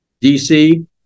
DC